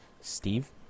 Steve